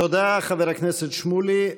תודה, חבר הכנסת שמולי.